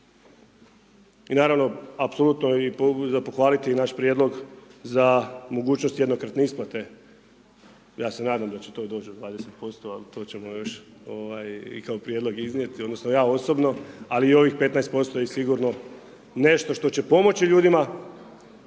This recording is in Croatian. I naravno, apsolutno za pohvaliti i naš prijedlog za mogućnost jednokratne isplate, ja se nadam da će to doći do 20%, ali to ćemo još i kao prijedlog iznijeti, odnosno ja osobno, ali ovih 15% je sigurno nešto što će pomoći ljudima